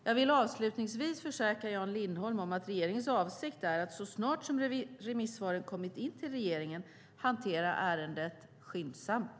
Jag vill avslutningsvis försäkra Jan Lindholm om att regeringens avsikt är att så snart som remissvaren kommit in till regeringen hantera ärendet skyndsamt.